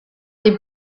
des